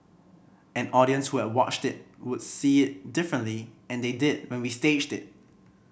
an audience who had watched it would see it differently and they did when we staged it